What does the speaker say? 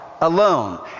Alone